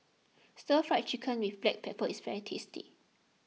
Stir Fry Chicken with Black Pepper is very tasty